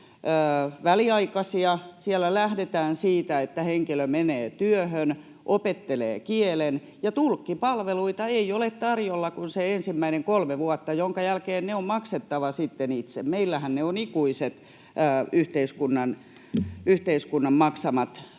väliaikaisia. Siellä lähdetään siitä, että henkilö menee työhön, opettelee kielen ja tulkkipalveluita ei ole tarjolla kuin se ensimmäinen kolme vuotta, jonka jälkeen ne on maksettava sitten itse. Meillähän ne ovat ikuisia yhteiskunnan maksamia